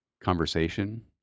conversation